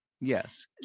Yes